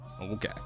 Okay